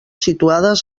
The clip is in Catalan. situades